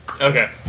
Okay